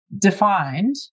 defined